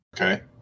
Okay